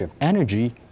energy